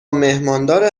مهماندار